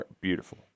Beautiful